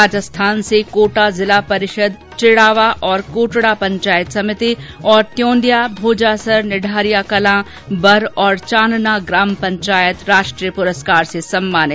राजस्थान से कोटा जिला परिषद चिड़ावा और कोटड़ा पंचायत समिति और त्योंदया भोजासर निढारिया कलां बर और चांनना ग्राम पंचायत राष्ट्रीय पुरस्कार से सम्मानित